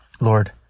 Lord